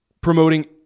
promoting